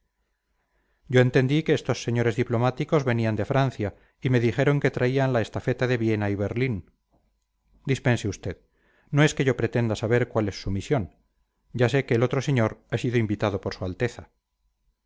yo entendí que estos señores diplomáticos venían de francia y me dijeron que traían la estafeta de viena y berlín dispense usted no es que yo pretenda saber cuál es su misión ya sé que el otro señor ha sido invitado por su alteza